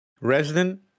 Resident